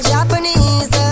Japanese